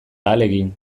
ahalegin